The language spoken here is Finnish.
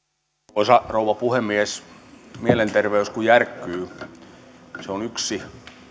arvoisa rouva puhemies mielenterveys kun järkkyy se on yksi